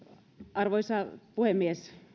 arvoisa puhemies